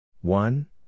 One